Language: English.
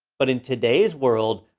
but in today's world,